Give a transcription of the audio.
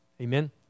Amen